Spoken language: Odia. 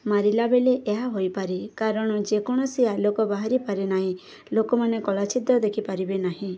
ମାରିଲା ବେଳେ ଏହା ହୋଇପାରେ କାରଣ ଯେକୌଣସି ଆଲୋକ ବାହାରିପାରେ ନାହିଁ ଲୋକମାନେ କଳାଛିଦ୍ର ଦେଖିପାରିବେ ନାହିଁ